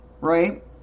right